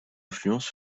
influence